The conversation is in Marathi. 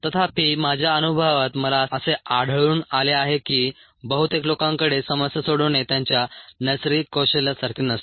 तथापि माझ्या अनुभवात मला असे आढळून आले आहे की बहुतेक लोकांकडे समस्या सोडवणे त्यांच्या नैसर्गिक कौशल्यासारखे नसते